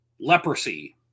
leprosy